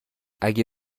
اگه